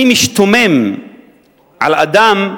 אני משתומם על אדם,